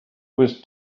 was